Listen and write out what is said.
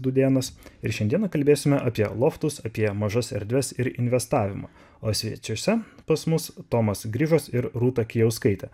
dūdėnas ir šiandieną kalbėsime apie loftus apie mažas erdves ir investavimą o svečiuose pas mus tomas grižas ir rūta kijauskaitė